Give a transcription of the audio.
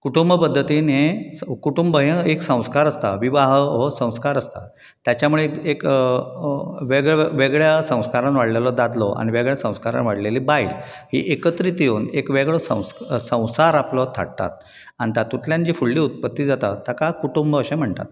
कुटुंब पद्दतीन हें स कुटुंब हें एक संस्कार आसता विवाह हो संस्कार आसता ताच्या मुळे एक एक वेगळ्या वेगळ्या संस्कारांत वाडलेलो दादलो आनी वेगळ्या संस्कारांत वाडलेली बायल ही एकत्रीत येवन एक वेगळो संस्क संवसार आपलो थाट्टात आन् तातुंतल्यान जी फुडली उत्पत्ती जाता ताका कुटुंब अशें म्हणटात